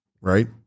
right